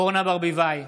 אורנה ברביבאי,